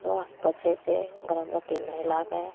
स्वास्थ्य छै से गर्भवती महिलाके